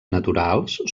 naturals